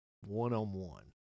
one-on-one